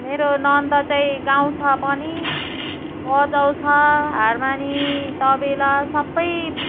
मेरो नन्द चाहिँ गाउँछ पनि बजाउँछ हारमोनी तबला सबै